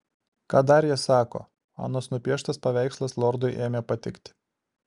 ką dar jie sako anos nupieštas paveikslas lordui ėmė patikti